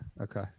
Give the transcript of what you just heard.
Okay